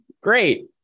Great